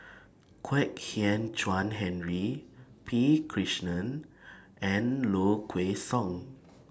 Kwek Hian Chuan Henry P Krishnan and Low Kway Song